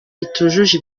itujuje